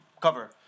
cover